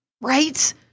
right